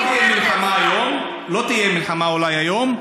לא תהיה מלחמה אולי, היום,